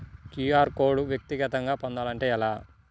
QR code వ్యక్తిగతంగా పొందాలంటే ఎలా?